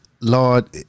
Lord